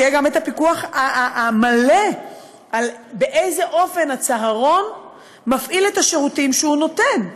יהיה גם פיקוח מלא על האופן שבו הצהרון מפעיל את השירותים שהוא נותן.